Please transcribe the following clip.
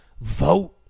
vote